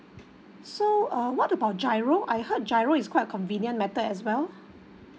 so uh what about GIRO I heard GIRO is quite a convenient method as well